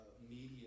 media